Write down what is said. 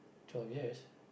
twelve years